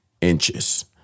inches